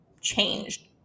changed